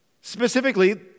Specifically